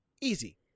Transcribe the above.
Easy